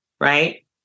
right